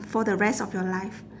for the rest of your life